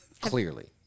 clearly